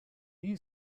new